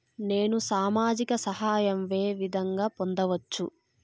నేను సామాజిక సహాయం వే విధంగా పొందొచ్చు?